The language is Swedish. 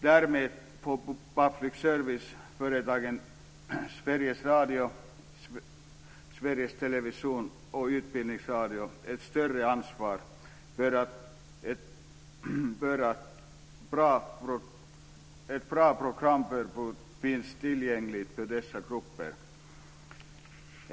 Därmed får public service-företagen Sveriges Radio, Sveriges Television och Utbildningsradion ett större ansvar för att ett bra programutbud finns tillgängligt för dessa grupper.